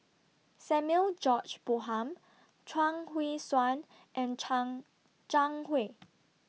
Samuel George Bonham Chuang Hui Tsuan and Chuang Zhang Hui